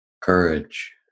courage